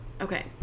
Okay